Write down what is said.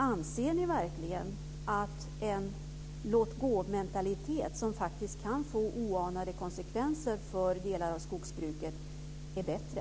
Anser ni verkligen att en låt-gå-mentalitet, som faktiskt kan få oanade konsekvenser för delar av skogsbruket, är bättre?